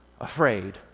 afraid